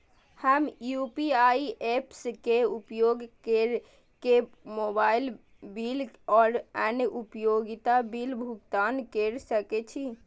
हम UPI apps के उपयोग केर के मोबाइल बिल और अन्य उपयोगिता बिल के भुगतान केर सके छी